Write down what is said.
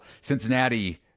Cincinnati